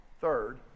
third